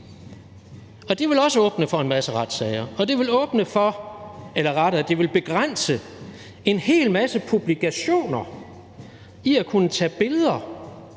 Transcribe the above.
Og det vil også åbne for en masse retssager, og det vil begrænse en hel masse publikationer i at kunne tage billeder.